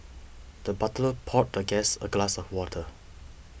the butler poured the guest a glass of water